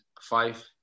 five